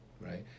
right